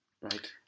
Right